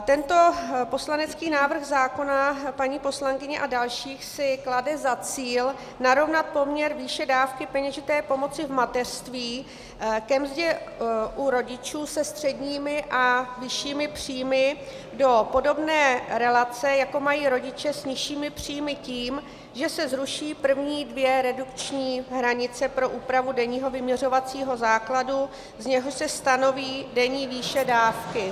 Tento poslanecký návrh zákona paní poslankyně a dalších si klade za cíl narovnat poměr výše dávky peněžité pomoci v mateřství u rodičů se středními a vyššími příjmy do podobné relace, jako mají rodiče s nižšími příjmy, tím, že se zruší první dvě redukční hranice pro úpravu denního vyměřovacího základu, z něhož se stanoví denní výše dávky.